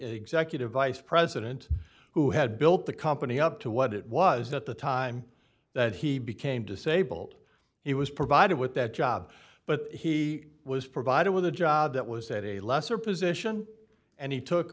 secular vice president who had built the company up to what it was that the time that he became disabled he was provided with that job but he was provided with a job that was at a lesser position and he took